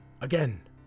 Again